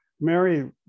mary